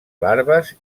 larves